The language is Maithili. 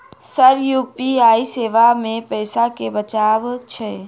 सर यु.पी.आई सेवा मे पैसा केँ बचाब छैय?